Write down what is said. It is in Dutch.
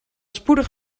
spoedig